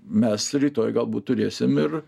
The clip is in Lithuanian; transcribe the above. mes rytoj galbūt turėsim ir